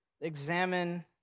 examine